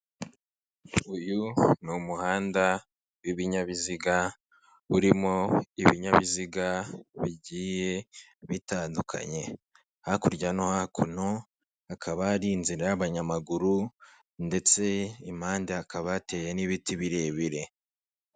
Uyu ni umuhanda w'ibinyabiziga urimo ibinyabiziga bigiye bitandukanye, hakurya no hakuno hakaba hari inzira y'abanyamaguru ndetse impande hakaba hateye n'ibiti birebire.